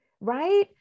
right